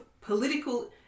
political